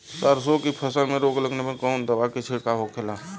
सरसों की फसल में रोग लगने पर कौन दवा के छिड़काव होखेला?